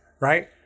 right